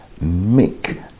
make